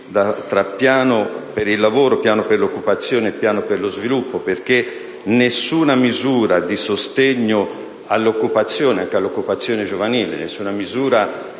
tra piano per il lavoro, piano per l'occupazione e piano per lo sviluppo. Infatti nessuna misura di sostegno all'occupazione, anche a quella giovanile, nessuna misura